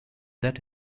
that